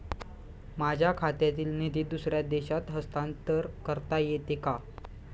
माझ्या खात्यातील निधी दुसऱ्या देशात हस्तांतर करता येते का?